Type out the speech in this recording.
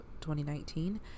2019